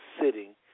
sitting